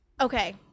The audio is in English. Okay